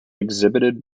exhibited